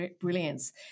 brilliance